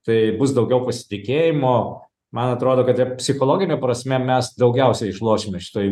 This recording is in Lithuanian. tai bus daugiau pasitikėjimo man atrodo kad ir psichologine prasme mes daugiausiai išlošime šitoj